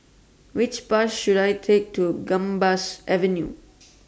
Which Bus should I Take to Gambas Avenue